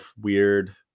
weird